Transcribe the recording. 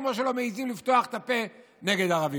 כמו שלא מעיזים לפתוח את הפה נגד ערבים.